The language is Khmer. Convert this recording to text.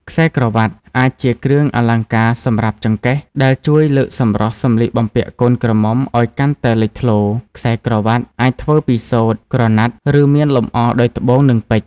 ខ្សែក្រវាត់ អាចជាគ្រឿងអលង្ការសម្រាប់ចង្កេះ ដែលជួយលើកសម្រស់សម្លៀកបំពាក់កូនក្រមុំឲ្យកាន់តែលេចធ្លោ។ ខ្សែក្រវ៉ាត់អាចធ្វើពីសូត្រ ក្រណាត់ ឬមានលម្អដោយត្បូង និងពេជ្រ។